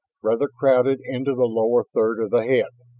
rather crowded into the lower third of the head,